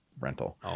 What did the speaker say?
rental